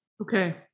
Okay